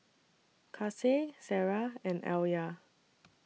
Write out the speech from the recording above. Kasih Sarah and Alya